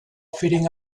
fitting